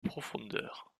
profondeur